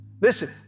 Listen